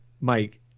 Mike